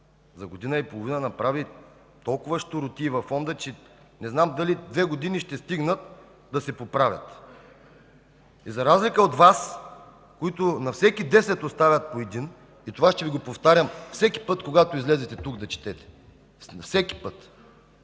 за година и половина направи толкова щуротии във Фонда, че не знам дали две години ще стигнат да се поправят. За разлика от Вас, които на всеки десет оставяте по един, и това ще Ви го повтарям всеки път, когато излезете тук да четете, всеки път,